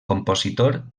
compositor